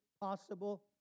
possible